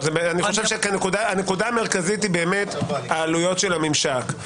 הנקודה המרכזית היא עלויות הממשק.